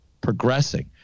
progressing